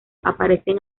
aparecen